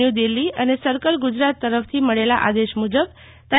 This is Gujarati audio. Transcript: ન્યુ દિલ્ફી અને સર્કલ ગુજરાત તરફથી મળેલા આદેશ મુજબ તા